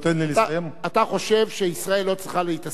אתה חושב שישראל לא צריכה להתעסק בעניין זה.